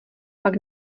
pak